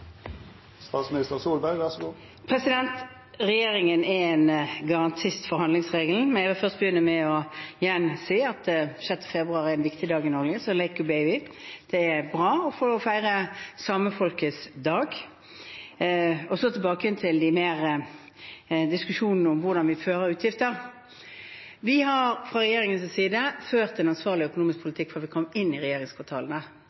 Regjeringen er en garantist for handlingsregelen. Men jeg vil først si igjen at 6. februar er en viktig dag i Norge, så lihkku beivviin! Det er bra å få feire samefolkets dag. Tilbake til diskusjonen om hvordan vi fører utgifter. Vi har fra regjeringens side ført en ansvarlig økonomisk